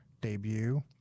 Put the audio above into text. debut